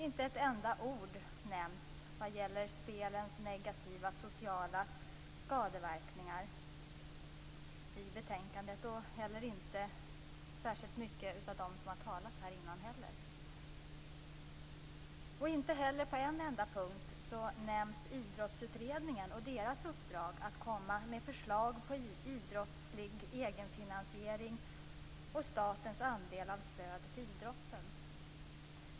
Inte ett enda ord nämns i betänkandet vad gäller spelens negativa sociala skadeverkningar. Inte heller de som har talat här innan nämner detta särskilt mycket. Inte heller nämns på en enda punkt Idrottsutredningen och dess uppdrag att komma med förslag på idrottslig egenfinansiering eller den andel stöd till idrotten som kommer från staten.